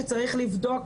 שצריך לבדוק